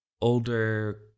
older